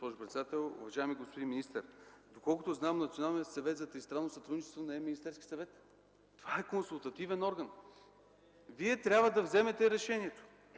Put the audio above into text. госпожо председател. Уважаеми господин министър, доколкото зная Националният съвет за тристранно сътрудничество не е Министерски съвет – това е консултативен орган. Вие трябва да вземете решението